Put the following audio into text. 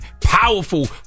powerful